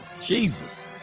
Jesus